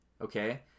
okay